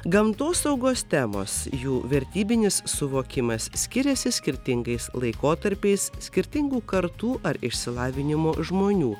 gamtosaugos temos jų vertybinis suvokimas skiriasi skirtingais laikotarpiais skirtingų kartų ar išsilavinimo žmonių